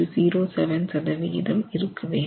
07 சதவிகிதம் இருக்க வேண்டும்